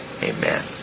amen